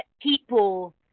people